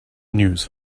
news